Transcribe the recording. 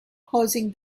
causing